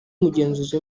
umugenzuzi